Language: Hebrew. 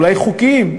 אולי חוקיים,